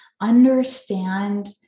understand